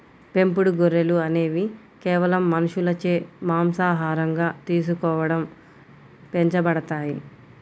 పెంపుడు గొర్రెలు అనేవి కేవలం మనుషులచే మాంసాహారంగా తీసుకోవడం పెంచబడతాయి